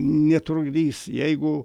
netrukdys jeigu